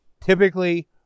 typically